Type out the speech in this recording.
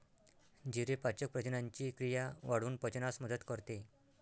जिरे पाचक प्रथिनांची क्रिया वाढवून पचनास मदत करते